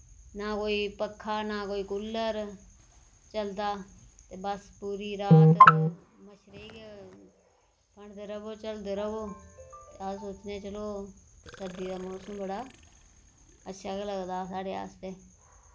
ना कोई पक्खा ना कोई कूलर चलदा ते बस पूरी रात मच्छरे गै फंडदे र'वो झोलदे र'वो ते अस सोचने चलो सर्दी दा मौसम बड़ा अच्छा गै लगदा साढ़े आस्तै